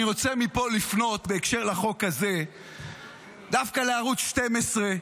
אני רוצה לפנות מפה בהקשר לחוק הזה דווקא לערוץ 12,